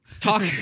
Talk